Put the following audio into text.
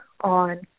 on